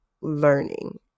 learning